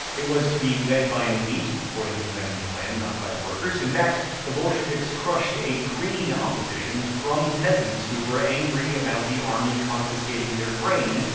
it was to be led by an elite, according to lenin's plan, not by workers. in fact, the bolsheviks crushed a green opposition from peasants who were angry about the army confiscating their grain,